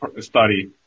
study